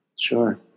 Sure